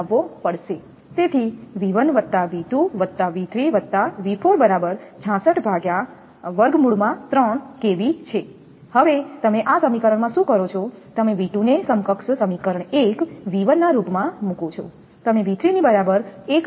તેથી 𝑉1 𝑉2 𝑉3 𝑉4 𝑘𝑉 હવે તમે આ સમીકરણમાં શું કરો છો તમે V2 ને સમકક્ષ સમીકરણ 1 V1 ના રૂપમાં મૂકો છો